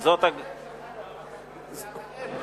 זו סיעת האם,